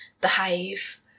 behave